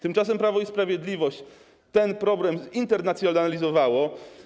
Tymczasem Prawo i Sprawiedliwość ten problem zinternacjonalizowało.